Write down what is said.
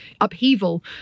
upheaval